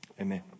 Amen